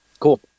Cool